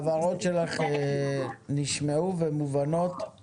הבהרות שלך נשמעו, הן מובנות.